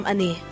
Ani